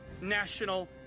national